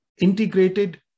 integrated